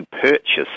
purchase